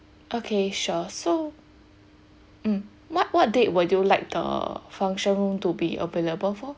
okay sure so mm what what date would you like the function room to be available for